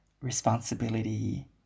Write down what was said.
responsibility